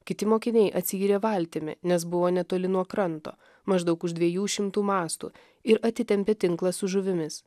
kiti mokiniai atsiyrė valtimi nes buvo netoli nuo kranto maždaug už dviejų šimtų mastų ir atitempė tinklą su žuvimis